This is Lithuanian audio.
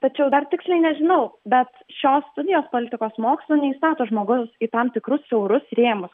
tačiau dar tiksliai nežinau bet šios studijos politikos mokslų neįstato žmogaus į tam tikrus siaurus rėmus